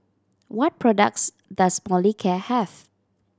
what products does Molicare have